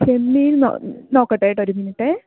ചെമ്മീൻ നൊ നോക്കട്ടെ കേട്ടോ ഒരു മിനിറ്റേ